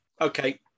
Okay